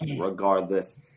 regardless